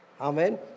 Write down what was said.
Amen